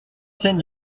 scène